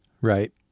Right